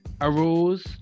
arose